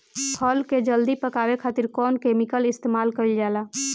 फल के जल्दी पकावे खातिर कौन केमिकल इस्तेमाल कईल जाला?